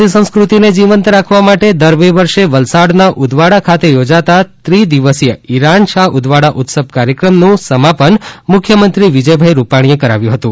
પારસી સંસ્કૃતિને જીવંત રાખવા માટે દર બે વર્ષે વલસાડના ઉદવાડા ખાતે યોજાતા ત્રિદિવસીય ઇરાનશાહ ઉદવાડા ઉત્સવ કાર્યક્રમનું સમાપન મુખ્યમંત્રી વિજયભાઇ રૂપાણીએ કરાવ્યું હતું